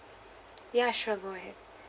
ya sure go ahead